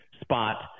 spot